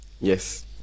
yes